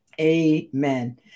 Amen